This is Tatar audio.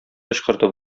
кычкырды